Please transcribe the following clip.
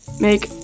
make